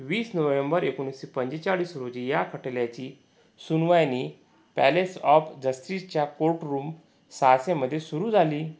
वीस नोव्हेंबर एकोणीसशे पंचेचाळीस रोजी या खटल्याची सुनवाईनी पॅलेस ऑफ जस्टीसच्या कोर्टरूम सहाशेमधे सुरू झाली